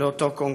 לאותו קונגרס.